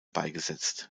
beigesetzt